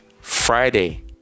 Friday